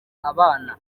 abana